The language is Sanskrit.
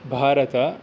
भारतम्